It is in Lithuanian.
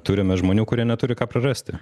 turime žmonių kurie neturi ką prarasti